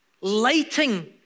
lighting